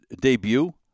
debut